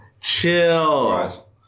Chill